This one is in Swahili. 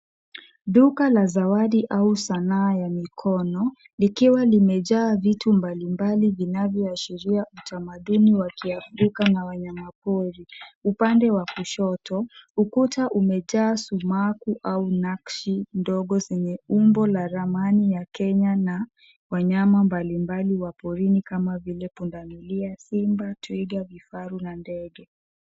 Duka la zawadi au sanaa ya mikono likiwa limejaa vitu mbalimbali vinavyoashiria utamaduni wa kiafrika na wanyama pori. Upande wa kushoto, ukuta umejaa sumaku au nakshi ndogo zenye umbo la ramani ya Kenya na wanyama mbalimbali wa porini kama vile; punda milia, simba, twiga, vifaru na ndege.